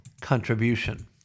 contribution